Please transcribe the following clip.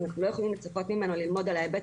אנחנו לא יכולים לצפות ממנו ללמוד על ההיבט